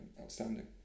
outstanding